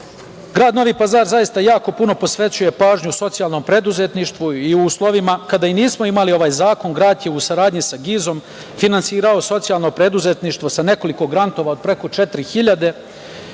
Novi Pazar jako puno posvećuje pažnju socijalnom preduzetništvu i u uslovima kada nismo imali ovaj zakon, grad je u saradnji sa GIZ-om finansirao socijalno preduzetništvo sa nekoliko grantova od preko 4.000.